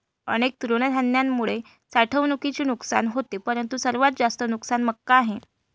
अनेक तृणधान्यांमुळे साठवणुकीचे नुकसान होते परंतु सर्वात जास्त नुकसान मका आहे